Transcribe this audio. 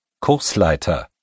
Kursleiter